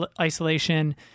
Isolation